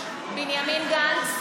מנסור, אל תשחק אותה.